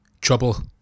trouble